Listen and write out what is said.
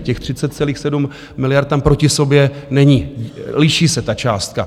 Těch 30,7 miliard tam proti sobě není, liší se ta částka.